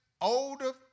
older